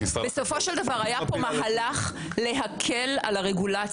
בסופו של דבר היה פה מהלך להקל על הרגולציה,